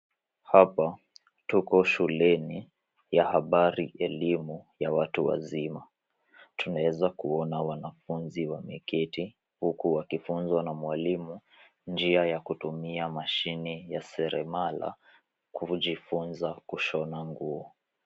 Hapa tuko shuleni ya habari elimu ya watuwazima, tuna weza kuona wanafunzi wameketi huku wakifunzwa na mwalimu ya habari elimu ya watu wazima. Tunaweza kuona wanafunzi wameketi huku wakifunzwa na mwalimu jinsi ya kutumia seremala kujifunza jinsi ya kushona nguo.